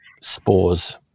spores